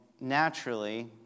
naturally